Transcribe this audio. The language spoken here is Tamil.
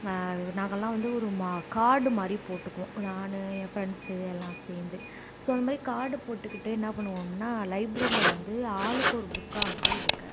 நான் நாங்களாம் வந்து ஒரு மா காடு மாதிரி போட்டுக்குவோம் நான் ஏன் ஃப்ரெண்ட்ஸ் எல்லாம் சேர்ந்து ஸோ அதுமாரி கார்ட் போட்டுக்கிட்டு என்னப்பண்ணுவோம்னா லைப்ரரியில வந்து ஆளுக்கு ஒரு புக்காக வந்து எடுக்க